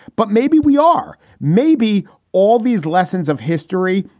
but maybe we are maybe all these lessons of history,